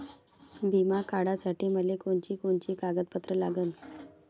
बिमा काढासाठी मले कोनची कोनची कागदपत्र लागन?